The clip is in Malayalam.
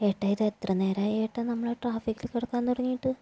ഏട്ടാ ഇത് എത്ര നേരമായി ഏട്ടാ നമ്മൾ ട്രാഫിക്കില് കിടക്കാൻ തുടങ്ങിയിട്ട്